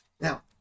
Now